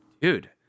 dude